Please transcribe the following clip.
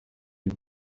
you